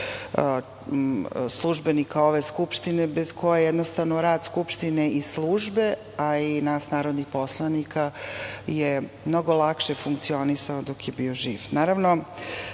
službenika ove Skupštine bez kojeg jednostavno rad Skupštine, i službe, a i nas narodnih poslanika, je mnogo lakše funkcionisao dok je bio